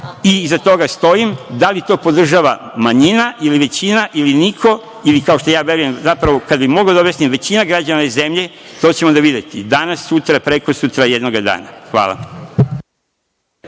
i iza toga stojim. Da li to podržava manjina i većina ili niko ili kao što ja verujem, zapravo kada bih mogao da objasnim, većina građana ove zemlje, to ćemo onda videti danas, sutra, prekosutra, jednog dana. Hvala.